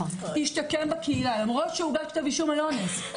השתקם בקהילה למרות שהוגש כתב אישום על אונס.